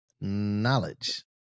Knowledge